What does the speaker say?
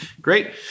Great